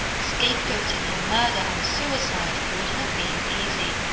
scapegoating her murder on suicide would have been easy.